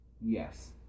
Yes